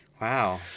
Wow